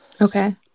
okay